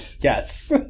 yes